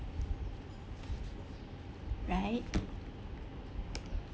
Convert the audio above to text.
right